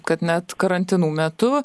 kad net karantinų metu